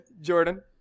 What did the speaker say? Jordan